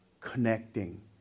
connecting